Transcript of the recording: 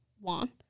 one